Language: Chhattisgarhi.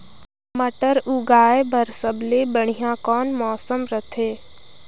मटर उगाय बर सबले बढ़िया कौन मौसम रथे?